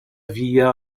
via